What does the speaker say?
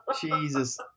Jesus